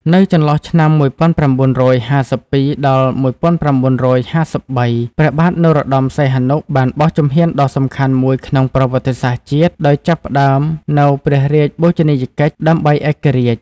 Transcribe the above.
នៅចន្លោះឆ្នាំ១៩៥២-១៩៥៣ ព្រះបាទនរោត្ដម សីហនុ បានបោះជំហានដ៏សំខាន់មួយក្នុងប្រវត្តិសាស្ត្រជាតិ ដោយចាប់ផ្ដើមនូវ ព្រះរាជបូជនីយកិច្ចដើម្បីឯករាជ្យ។